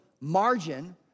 margin